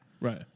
Right